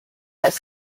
has